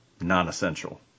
non-essential